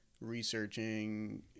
researching